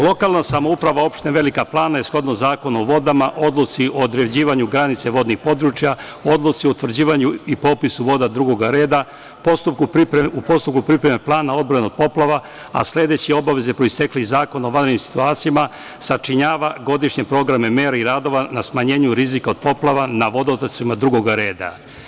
Lokalna samouprava opštine Velika Plana, shodno Zakonu o vodama, Odluci o određivanju granica vodnih područja, Odluci o utvrđivanju i popisu voda drugog reda, u postupku pripreme plana odbrane od poplava, a sledeći obaveze proistekle iz Zakona o vanrednim situacijama, sačinjava godišnje programe mera i radova na smanjenju rizika od poplava na vodotocima drugog reda.